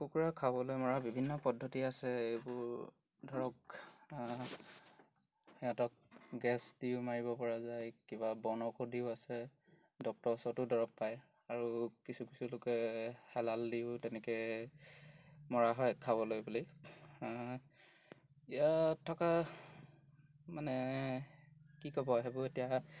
কুকুৰা খাবলৈ মৰা বিভিন্ন পদ্ধতি আছে এইবোৰ ধৰক সিহঁতক গেছ দিও মাৰিব পৰা যায় কিবা বনৌষধিও আছে ডক্টৰ ওচৰতো দৰৱ পায় আৰু কিছু কিছুলোকে হালাল দিওঁ তেনেকৈ মৰা হয় খাবলৈ বুলি ইয়াত থকা মানে কি ক'ব সেইবোৰ এতিয়া